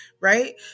Right